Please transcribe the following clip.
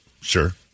Sure